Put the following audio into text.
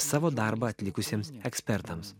savo darbą atlikusiems ekspertams